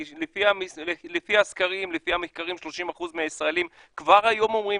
כי לפי המחקרים 30% מן הישראלים כבר היום אומרים